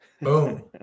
Boom